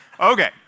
Okay